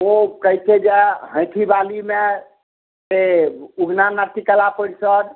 ओ कहै छै जे हैंठी वाली मे से उगना नाट्य कला परिषद